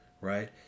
right